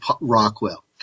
Rockwell